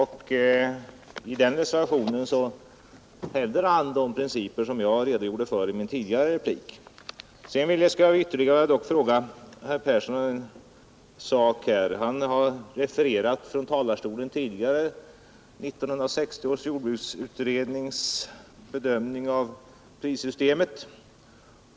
I den reservationen hävdade han de principer som jag redogjorde för i min tidigare replik. Sedan vill jag ställa ytterligare en fråga till herr Persson i Skänninge. Han har tidigare från talarstolen refererat 1960 års jordbruksutrednings bedömning av prissystemet.